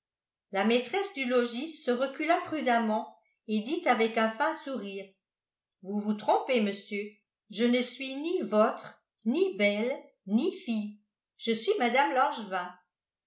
la maîtresse du logis se recula prudemment et dit avec un fin sourire vous vous trompez monsieur je ne suis ni vôtre ni belle ni fille je suis mme langevin